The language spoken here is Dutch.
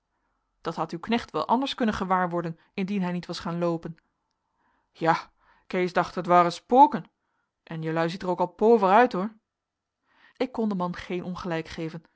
dat had uw knecht wel anders kunnen gewaarworden indien hij niet was gaan loopen jae kees dacht et waren spoeken en jelui ziet er ook al pover uit hoor ik kon den man geen ongelijk geven